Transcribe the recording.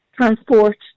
transport